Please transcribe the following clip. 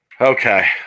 Okay